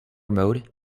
mode